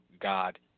God